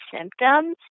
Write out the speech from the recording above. symptoms